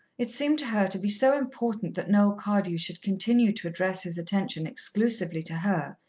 it seemed to her to be so important that noel cardew should continue to address his attention exclusively to her,